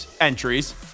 entries